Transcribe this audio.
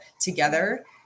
together